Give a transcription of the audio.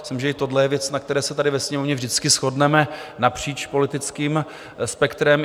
Myslím, že i tohle je věc, na které se tady ve Sněmovně vždycky shodneme napříč politickým spektrem.